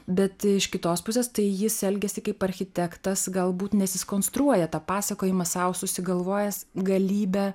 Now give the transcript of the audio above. bet iš kitos pusės tai jis elgiasi kaip architektas galbūt nes jis konstruoja tą pasakojimą sau susigalvojęs galybę